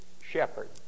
shepherd